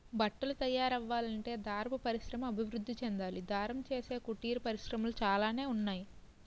బట్టలు తయారవ్వాలంటే దారపు పరిశ్రమ అభివృద్ధి చెందాలి దారం చేసే కుటీర పరిశ్రమలు చాలానే ఉన్నాయి